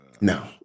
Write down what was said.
No